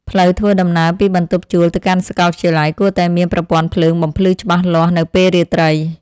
ផ្លូវធ្វើដំណើរពីបន្ទប់ជួលទៅកាន់សាកលវិទ្យាល័យគួរតែមានប្រព័ន្ធភ្លើងបំភ្លឺច្បាស់លាស់នៅពេលរាត្រី។